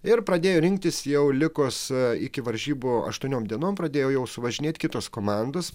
ir pradėjo rinktis jau likus iki varžybų aštuoniom dienom pradėjo jau suvažinėti kitos komandos